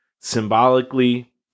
symbolically